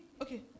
Okay